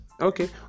Okay